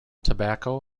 tobacco